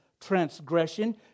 transgression